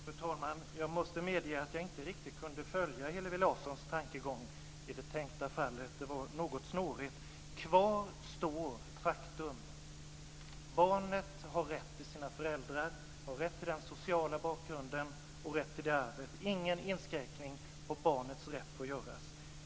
Fru talman! Jag måste medge att jag inte riktigt kunde följa Hillevi Larssons tankegång i det tänkta fallet. Det var något snårigt. Kvar står faktum. Barnet har rätt till sina föräldrar, den sociala bakgrunden och det arvet. Ingen inskränkning av barnets rätt får göras.